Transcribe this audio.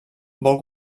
vol